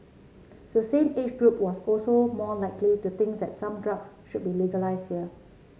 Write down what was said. the same age group was also more likely to think that some drugs should be legalised here